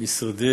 משרדי